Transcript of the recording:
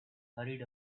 hurried